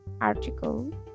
article